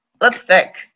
Lipstick